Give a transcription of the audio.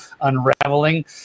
unraveling